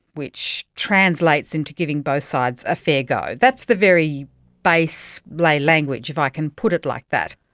which translates into giving both sides a fair go. that's the very base lay language, if i can put it like that.